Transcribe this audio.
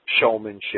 showmanship